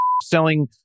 selling